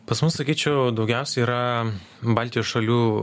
pas mus sakyčiau daugiausiai yra baltijos šalių